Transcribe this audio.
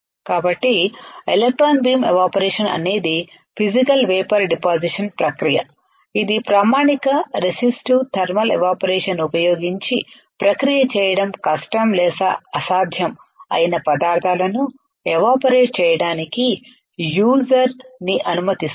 కాబట్టి electron beam evaporation అనేది physical vapour deposition ప్రక్రియ ఇది ప్రామాణిక రెసిస్టివ్ థర్మల్ ఎవాపరేషన్ ఉపయోగించి ప్రక్రియ చేయడం కష్టం లేదా అసాధ్యం అయిన పదార్థాలను ఎవాపరేట్ చేయడానికి యూసర్ ని అనుమతిస్తుంది